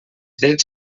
drets